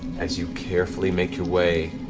as you carefully make your way,